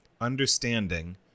understanding